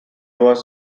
was